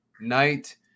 night